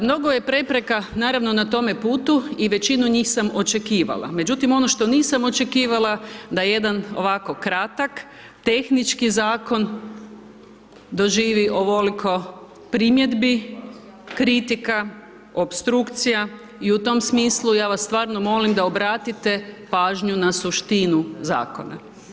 Mnogo je prepreka naravno na tom putu i većinu njih sam očekivala, međutim ono što nisam očekivala da jedan ovako kratak tehnički zakon doživi ovoliko primjedbi, kritika, opstrukcija i u tom smislu ja vas stvarno molim da obratite pažnju na suštinu zakona.